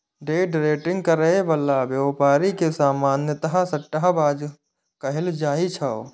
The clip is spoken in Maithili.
डे ट्रेडिंग करै बला व्यापारी के सामान्यतः सट्टाबाज कहल जाइ छै